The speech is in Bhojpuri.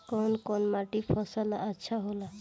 कौन कौनमाटी फसल ला अच्छा होला?